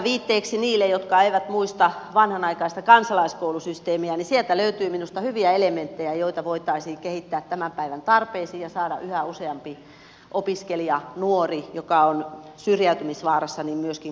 viitteeksi niille jotka eivät muista vanhanaikaista kansalaiskoulusysteemiä että sieltä löytyy minusta hyviä elementtejä joita voitaisiin kehittää tämän päivän tarpeisiin ja joilla voitaisiin saada yhä useampi opiskelija tai nuori joka on syrjäytymisvaarassa myöskin koulutuspolulle